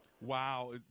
Wow